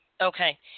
Okay